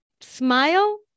smile